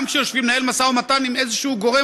גם כשיושבים לנהל משא-ומתן עם איזה גורם,